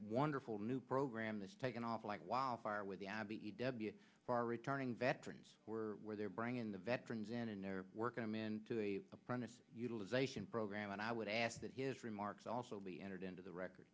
wonderful new program that's taken off like wildfire with the abbey for our returning veterans where they're bringing the veterans in and they're working him into the apprentice utilization program and i would ask that his remarks also be entered into the record